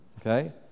Okay